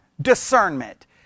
discernment